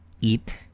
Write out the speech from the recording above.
eat